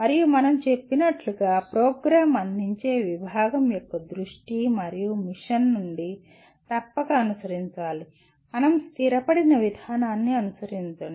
మరియు మనం చెప్పినట్లుగా ప్రోగ్రాం అందించే విభాగం యొక్క దృష్టి మరియు మిషన్ నుండి తప్పక అనుసరించాలి మరియు స్థిరపడిన విధానాన్ని అనుసరించండి